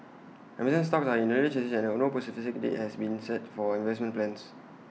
Amazon's talks are in earlier stages and no specific date has been set for investment plans